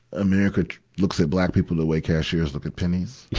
america looks at black people the way cashiers look at pennies. yeah.